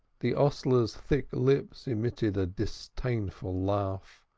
the hostler's thick lips emitted a disdainful laugh.